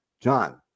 John